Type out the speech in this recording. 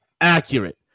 accurate